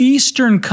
Eastern